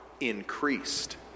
increased